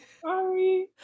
Sorry